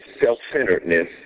self-centeredness